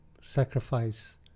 sacrifice